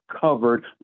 covered